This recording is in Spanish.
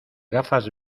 gafas